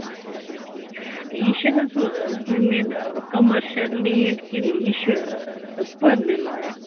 اچھا اچھا ٹھیٖک یہِ چھِ حظ ہُہ زٔمیٖن کَمرشَل نیٖڈ کِنہٕ یہِ چھِ پٔرنہِ لایق